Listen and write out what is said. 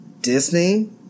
Disney